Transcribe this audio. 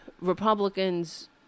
Republicans